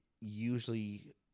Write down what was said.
usually